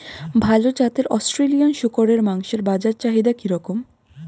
ভাল জাতের অস্ট্রেলিয়ান শূকরের মাংসের বাজার চাহিদা কি রকম?